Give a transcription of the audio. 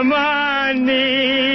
money